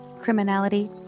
criminality